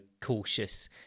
cautious